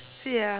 ya